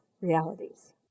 realities